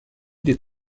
des